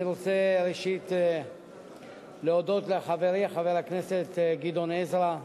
אני רוצה ראשית להודות לחברי חבר הכנסת גדעון עזרא,